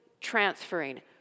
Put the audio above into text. transferring